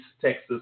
Texas